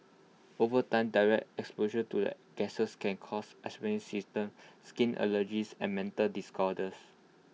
over time direct exposure to the gases can cause asthmatic symptoms skin allergies and mental disorders